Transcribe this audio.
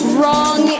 wrong